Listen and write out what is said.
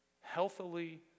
Healthily